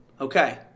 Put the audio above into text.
Okay